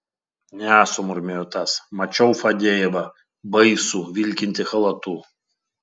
ne sumurmėjo tas mačiau fadejevą baisų vilkintį chalatu